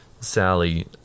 Sally